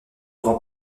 grand